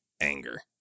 anger